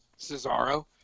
Cesaro